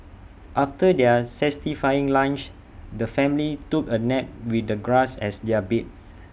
after their satisfying lunch the family took A nap with the grass as their bed